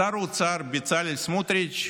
שר האוצר בצלאל סמוטריץ',